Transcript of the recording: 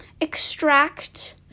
extract